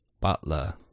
butler